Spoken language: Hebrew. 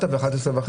הפעילות.